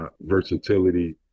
versatility